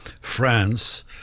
France